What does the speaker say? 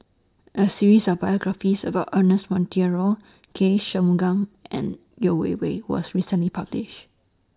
A series of biographies about Ernest Monteiro K Shanmugam and Yeo Wei Wei was recently published